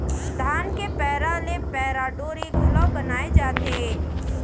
धान के पैरा ले पैरा डोरी घलौ बनाए जाथे